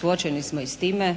Suočeni smo i s time,